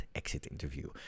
exit-interview